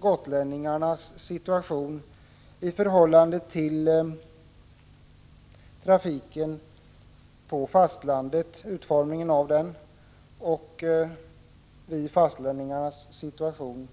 gotlänningarnas situation i förhållande till utformningen av trafiken på fastlandet och fastlänningarnas situation.